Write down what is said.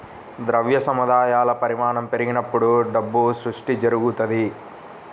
ద్రవ్య సముదాయాల పరిమాణం పెరిగినప్పుడు డబ్బు సృష్టి జరుగుతది